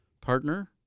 partner